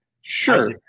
Sure